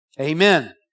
Amen